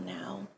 now